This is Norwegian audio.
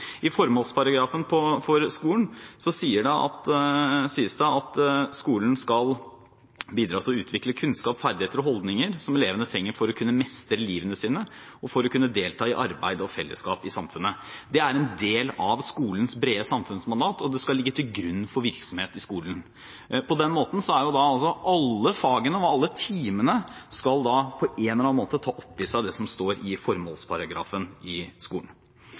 I skolens formålsparagraf står det at skolen skal bidra til å utvikle kunnskap, ferdigheter og holdninger som elevene trenger for å kunne mestre livet sitt og for å kunne delta i arbeid og fellesskap i samfunnet. Dette er en del av skolens brede samfunnsmandat og skal ligge til grunn for virksomheten i skolen. På den måten skal jo alle fagene, og alle timene, på en eller annen måte ta opp i seg det som står i skolens formålsparagraf. Så er det flere som har nevnt, og jeg kan bekrefte det, at på fredag kommer det en stortingsmelding om innholdet i skolen,